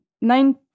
nine